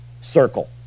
Circle